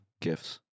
gifts